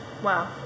Wow